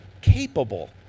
capable